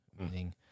Meaning